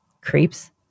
Creeps